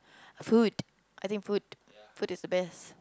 food I think food food is the best